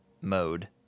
mode